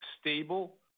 stable